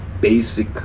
basic